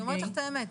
אני אומרת לך את האמת,